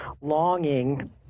longing